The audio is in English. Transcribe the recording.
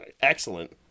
Excellent